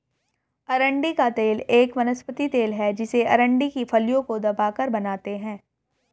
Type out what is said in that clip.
अरंडी का तेल एक वनस्पति तेल है जिसे अरंडी की फलियों को दबाकर बनाते है